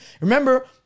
Remember